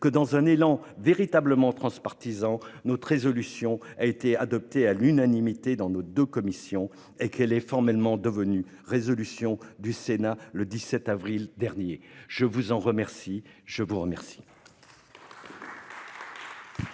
tous, dans un élan véritablement transpartisan, que notre résolution a été adoptée à l'unanimité dans nos deux commissions et qu'elle est formellement devenue résolution du Sénat le 17 avril dernier. Je vous en remercie. Avant de donner